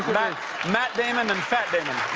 matt matt damon and fat damon.